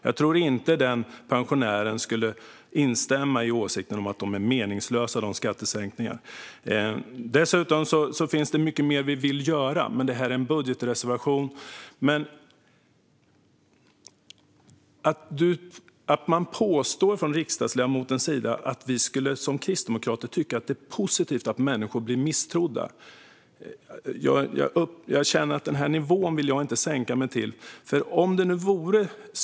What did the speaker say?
Jag tror inte att denna pensionär skulle instämma i åsikten att den skattesänkningen är meningslös. Vi vill göra mycket mer, men detta är en budgetreservation. Enligt riksdagsledamoten skulle Kristdemokraterna tycka att det är positivt att människor blir misstrodda. Jag tänker inte sänka mig till den nivån.